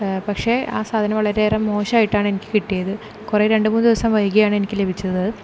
പക്ഷേ ആ സാധനം വളരെയേറെ മോശമായിട്ടാണ് എനിക്ക് കിട്ടിയത് കുറെ രണ്ടു മൂന്നു ദിവസം വൈകിയാണ് എനിക്ക് ലഭിച്ചത്